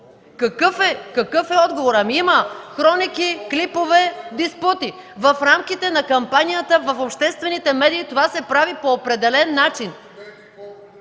Какъв е отговорът? Има хроники, клипове, диспути. В рамките на кампанията в обществените медии това се прави по определен начин.